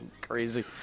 crazy